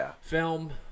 film